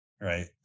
Right